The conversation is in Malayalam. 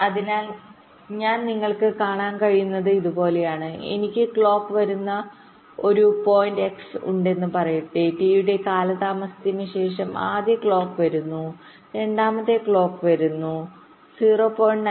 അതിനാൽ ഞാൻ നിങ്ങൾക്ക് കാണാൻ കഴിയുന്നത് ഇതുപോലുള്ളതാണ് എനിക്ക് ക്ലോക്ക് വരുന്ന ഒരു പോയിന്റ് x ഉണ്ടെന്ന് പറയട്ടെ ടി യുടെ കാലതാമസത്തിന് ശേഷം ആദ്യ ക്ലോക്ക് വരുന്നു രണ്ടാമത്തെ ക്ലോക്ക് വരുന്നു 0